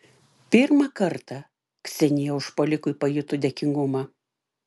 pirmą kartą ksenija užpuolikui pajuto dėkingumą